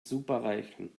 superreichen